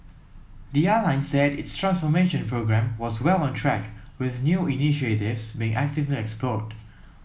the airline said its transformation programme was well on track with new initiatives being actively explored